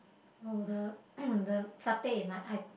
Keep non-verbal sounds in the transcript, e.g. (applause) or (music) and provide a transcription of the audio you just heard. oh the (coughs) the satay is nice I